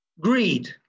greed